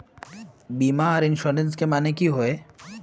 बीमा आर इंश्योरेंस के माने की होय?